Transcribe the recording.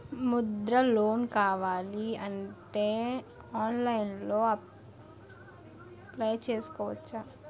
Mudra loan కావాలి అంటే ఆన్లైన్లో అప్లయ్ చేసుకోవచ్చా?